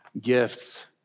gifts